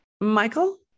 Michael